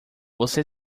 você